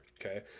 Okay